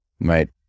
right